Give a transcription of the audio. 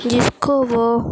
جس کو وہ